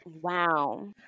Wow